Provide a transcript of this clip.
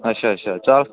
ਅੱਛਾ ਅੱਛਾ ਚਲ